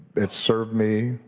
it served me